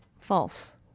false